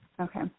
Okay